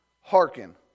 hearken